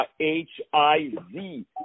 H-I-Z